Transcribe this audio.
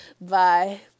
Bye